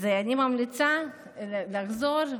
אז אני ממליצה לחזור.